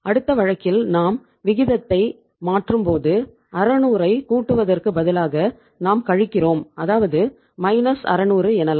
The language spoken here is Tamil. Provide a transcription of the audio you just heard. அடுத்த வழக்கில் நாம் விகிதத்தை மாற்றும் பொது 600ஐ கூட்டுவதற்கு பதிலாக நாம் கழிக்கிறோம் அதாவது 600 எனலாம்